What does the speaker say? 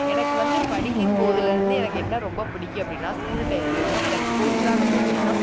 எனக்கு வந்து படிக்கும் போதிலேருந்து எனக்கு என்ன ரொம்ப பிடிக்கும் அப்படின்னா ஸ்கூல் டையத்துலேயும் எனக்கு ஸ்போர்ட்ஸ் தான் ரொம்ப பிடிக்கும்